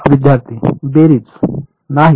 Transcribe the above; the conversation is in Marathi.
विद्यार्थी बेरीज